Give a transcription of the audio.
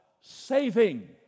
saving